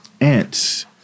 Ants